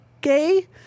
gay